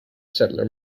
settler